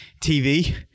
TV